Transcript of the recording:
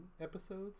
episodes